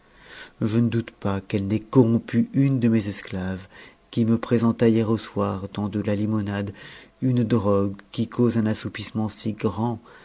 je ne doute pas qu'elle n'ait corrompu une de mes esclaves qui me présenta hier au soir dans de la limonade une drogue qui cause un assoupissement si grand